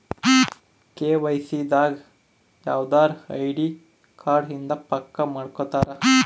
KYC ದಾಗ ಯವ್ದರ ID card ಇಂದ ಪಕ್ಕ ಮಾಡ್ಕೊತರ